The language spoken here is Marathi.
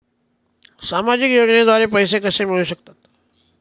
सामाजिक योजनेद्वारे पैसे कसे मिळू शकतात?